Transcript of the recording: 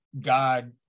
God